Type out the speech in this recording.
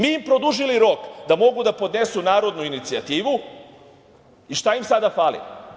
Mi im produžili rok da mogu da podnesu narodnu inicijativu, i šta ima sada fali?